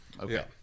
Okay